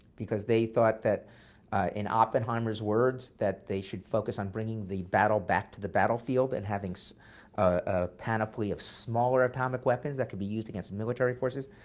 because they thought that in oppenheimer's words that they should focus on bringing the battle back to the battlefield, and having so a panoply of smaller atomic weapons that can be used against military forces.